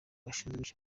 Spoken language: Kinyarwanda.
gashinzwe